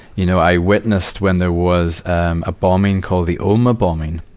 you know, i witness, when there was a bombing called the omagh bombing,